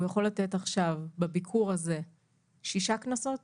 הוא יכול לתת עכשיו בביקור הזה שישה קנסות